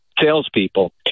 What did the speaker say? salespeople